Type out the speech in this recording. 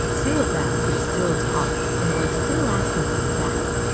two of them could still talk and were still asking for the gas.